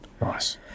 Nice